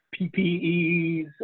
PPEs